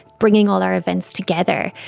bringing all our events together.